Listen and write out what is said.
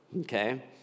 okay